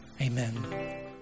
Amen